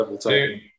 Two